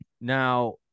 Now